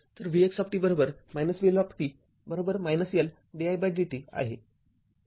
तर vx vL L did t आहे